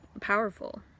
powerful